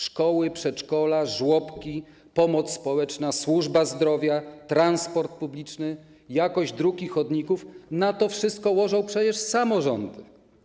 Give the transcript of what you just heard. Szkoły, przedszkola, żłobki, pomoc społeczna, służba zdrowia, transport publiczny, jakość dróg i chodników - na to wszystko łożą przecież samorządy.